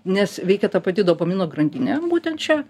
nes veikia ta pati dopamino grandinė būtent čia